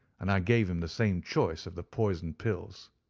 and i gave him the same choice of the poisoned pills.